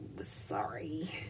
Sorry